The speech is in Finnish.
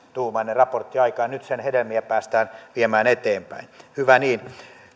raportti aikaan ja nyt sen hedelmiä päästään viemään eteenpäin hyvä niin